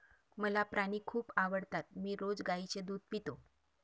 मला प्राणी खूप आवडतात मी रोज गाईचे दूध पितो